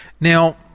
Now